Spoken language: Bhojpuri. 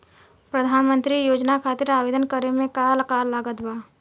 प्रधानमंत्री योजना खातिर आवेदन करे मे का का लागत बा?